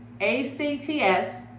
A-C-T-S